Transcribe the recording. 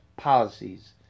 policies